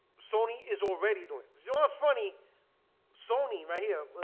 sony is already doing zero it's funny sony right here.